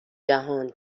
جهان